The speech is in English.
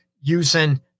using